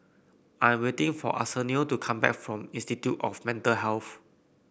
I am waiting for Arsenio to come back from Institute of Mental Health